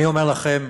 אני אומר לכם: